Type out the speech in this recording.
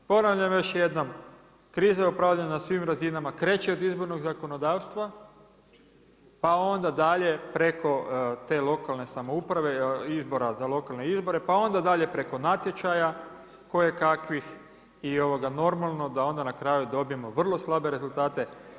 Ponavljam još jednom, kriza je upravljena svim razinama, kreće od izbornog zakonodavstva, pa onda dalje preko te lokalne samouprave, izbora, za lokalne izbore, pa onda dalje preko natječaja koje kakvih i normalno da na kraju dobijmo vrlo slabe rezultate.